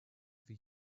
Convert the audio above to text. for